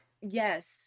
Yes